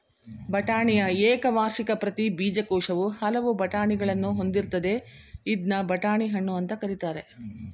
ಬಟಾಣಿಯ ಏಕವಾರ್ಷಿಕ ಪ್ರತಿ ಬೀಜಕೋಶವು ಹಲವು ಬಟಾಣಿಗಳನ್ನು ಹೊಂದಿರ್ತದೆ ಇದ್ನ ಬಟಾಣಿ ಹಣ್ಣು ಅಂತ ಕರೀತಾರೆ